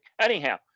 Anyhow